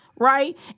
Right